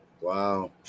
wow